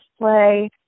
play